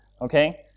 Okay